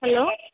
hello